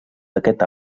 d’aquest